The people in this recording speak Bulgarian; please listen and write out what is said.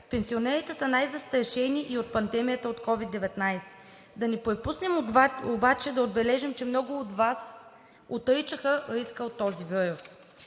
Пенсионерите са най-застрашени и от пандемията от COVID 19. Да не пропуснем обаче да отбележим, че много от Вас отричаха риска от този вирус.